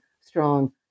strong